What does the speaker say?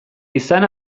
izan